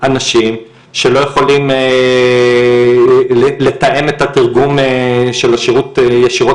אנשים שלא יכולים לתאם את התרגום של השירות ישירות